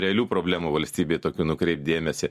realių problemų valstybėj tokių nukreipt dėmesį